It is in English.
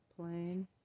plain